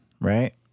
right